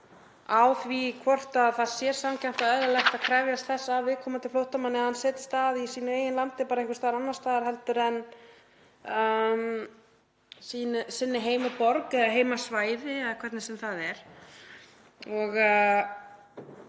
á því hvort það væri sanngjarnt og eðlilegt að krefjast þess af viðkomandi flóttamanni að hann settist að í eigin landi nema bara einhvers staðar annars staðar en í sinni heimaborg eða heimasvæði eða hvernig sem það er.